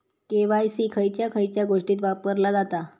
KYC खयच्या खयच्या गोष्टीत वापरला जाता?